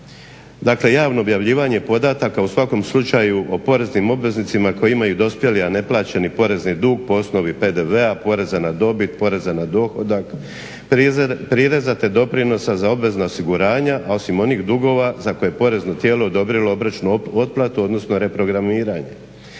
Dakle, javno objavljivanje podataka u svakom slučaju o poreznim obveznicima koji imaju dospjeli a ne plaćeni porezni dug po osnovi PDV-a, poreza na dobit, poreza na dohodak, prireza te doprinosa za obvezna osiguranja, a osim dugova za koje je porezno tijelo odobrilo obročnu otplatu odnosno reprogramiranje.